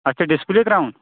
اَتھ چھا ڈِسپٕلے ترٛاوُن